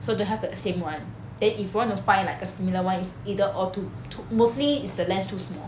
so don't have the same one then if you want to find like a similar one is either all too to~ mostly is the lens too small